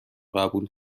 قبول